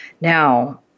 Now